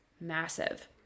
massive